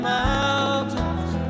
mountains